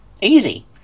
Easy